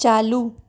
चालू